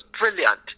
brilliant